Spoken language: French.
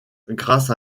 grâce